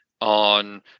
on